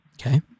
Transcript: Okay